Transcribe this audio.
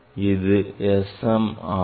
அது S m ஆகும்